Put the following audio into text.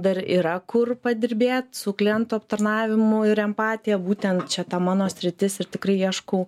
dar yra kur padirbėt su klientų aptarnavimu ir empatija būtent čia ta mano sritis ir tikrai ieškau